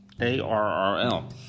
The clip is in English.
ARRL